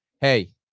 hey